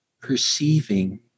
perceiving